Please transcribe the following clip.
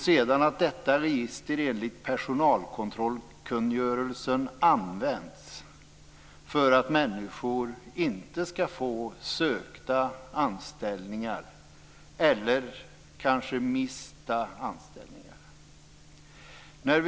Sedan används dessa register i enlighet med personalkontrollkungörelsen för att människor inte skall få sökta anställningar eller mister anställningar.